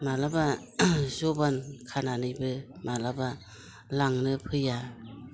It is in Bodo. माब्लाबा जबान खानानैबो माब्लाबा लांनो फैया